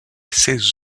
ses